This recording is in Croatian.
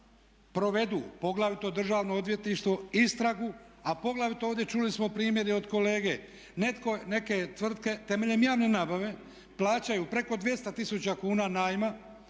provedu poglavito Državno odvjetništvo istragu a poglavito ovdje čuli smo primjer i od kolege neke tvrtke temeljem javne nabave plaćaju preko 200 tisuća kuna najma